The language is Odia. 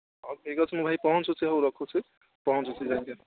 ହଉ ଠିକ୍ ଅଛି ମୁଁ ଭାଇ ପହଁଞ୍ଚୁଛି ହଉ ରଖୁଛି ପହଁଞ୍ଚୁଛି ଯାଇକି